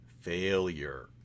failure